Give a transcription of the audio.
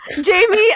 Jamie